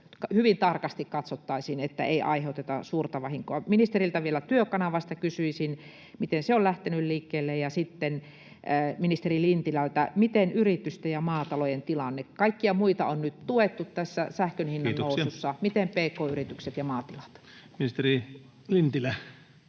hyvin tarkasti katsottaisiin, että ei aiheuteta suurta vahinkoa. Ministeriltä vielä Työkanavasta kysyisin, miten se on lähtenyt liikkeelle, ja sitten ministeri Lintilältä yritysten ja maatalojen tilanteesta. Kaikkia muita on nyt tuettu tässä sähkön hinnannousussa — miten pk-yritykset ja maatilat? Kiitoksia.